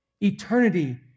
eternity